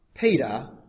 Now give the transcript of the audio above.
Peter